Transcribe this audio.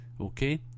Okay